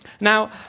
Now